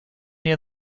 near